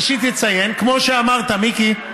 ראשית אציין, כמו שאמרת, מיקי,